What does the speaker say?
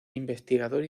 investigador